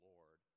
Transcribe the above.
Lord